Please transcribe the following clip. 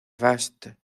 vaste